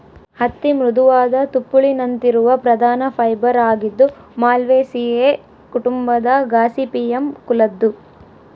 ಹತ್ತಿ ಮೃದುವಾದ ತುಪ್ಪುಳಿನಂತಿರುವ ಪ್ರಧಾನ ಫೈಬರ್ ಆಗಿದ್ದು ಮಾಲ್ವೇಸಿಯೇ ಕುಟುಂಬದ ಗಾಸಿಪಿಯಮ್ ಕುಲದ್ದು